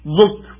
look